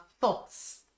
thoughts